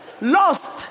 Lost